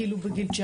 כאילו בגיל 19?